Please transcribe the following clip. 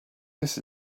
this